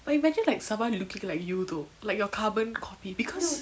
but imagine like someone looking like you though like your carbon copy because